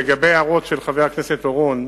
לגבי ההערות של חבר הכנסת אורון: